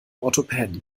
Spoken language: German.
orthopäden